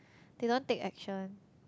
they don't take action